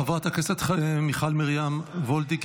חברת הכנסת מיכל מרים וולדיגר,